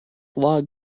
log